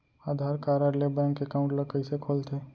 आधार card ले bank account ल कइसे खोलथे?